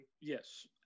Yes